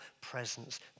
presence